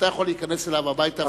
אתה יכול להיכנס אליו הביתה,